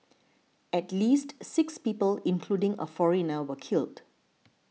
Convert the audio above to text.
at least six people including a foreigner were killed